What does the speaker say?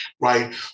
right